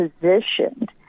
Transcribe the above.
positioned